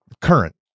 current